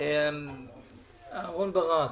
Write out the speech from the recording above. אהרון ברק,